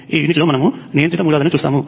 ఈ యూనిట్లో మనము నియంత్రిత మూలాలను చూస్తాము